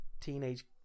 teenage